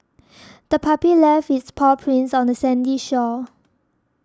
the puppy left its paw prints on the sandy shore